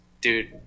dude